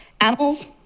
animals